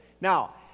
Now